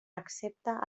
excepte